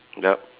ya